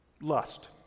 lust